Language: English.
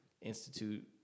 institute